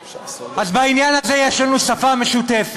אז בעניין הזה יש לנו שפה משותפת.